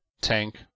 tank